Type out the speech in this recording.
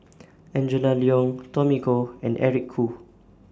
Angela Liong Tommy Koh and Eric Khoo